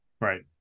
right